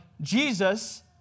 Jesus